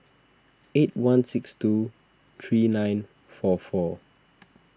eight one six two three nine four four